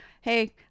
hey